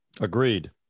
Agreed